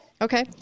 Okay